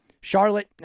Charlotte